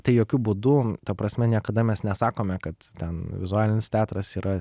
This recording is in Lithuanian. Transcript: tai jokiu būdu ta prasme niekada mes nesakome kad ten vizualinis teatras yra